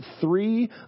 three